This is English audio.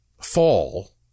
fall